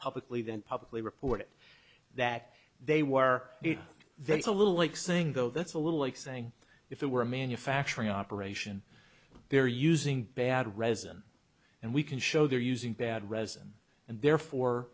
publicly then publicly reported that they were there is a little like saying though that's a little like saying if it were a manufacturing operation they're using bad resin and we can show they're using bad resin and therefore